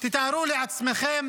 תתארו לעצמכם